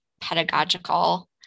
pedagogical